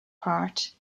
part